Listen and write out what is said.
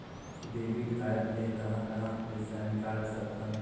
Debit card ले कहां कहां पइसा निकाल सकथन?